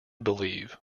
believe